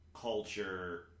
culture